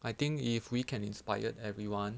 I think if we can inspired everyone